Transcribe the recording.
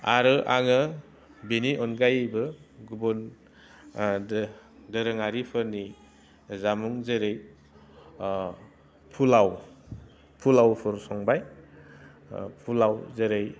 आरो आङो बिनि अनगायैबो गुबुन दोरोङारिफोरनि जामुं जेरै फुलाव फुलावफोर संबाय फुलाव जेरै